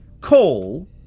call